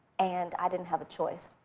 and i didn't have a choice.